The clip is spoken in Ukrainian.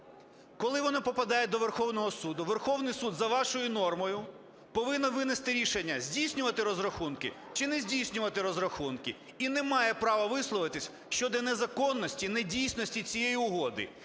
Коли вона попадає до Верховного Суду, Верховний Суд, за вашою нормою, повинен винести рішення, здійснювати розрахунки чи не здійснювати розрахунки, і не має права висловитись щодо незаконності і недійсності цієї угоди.